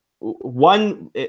one